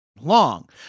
long